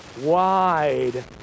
wide